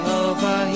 over